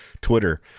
Twitter